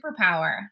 superpower